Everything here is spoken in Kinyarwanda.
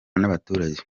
n’abaturage